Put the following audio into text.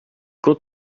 quand